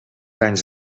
anys